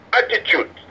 attitude